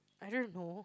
I don't know